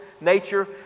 nature